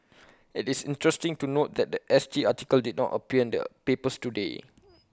IT is interesting to note that The S T article did not appear their papers today